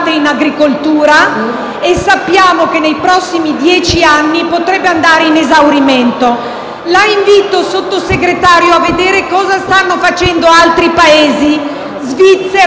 in agricoltura, e sappiamo che nei prossimi dieci anni potrebbe andare in esaurimento. La invito, Sottosegretario, a vedere che cosa stanno facendo altri Paesi, come Svizzera